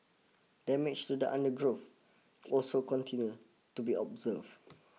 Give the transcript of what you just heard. damage to the undergrowth also continue to be observe